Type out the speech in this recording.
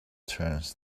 turns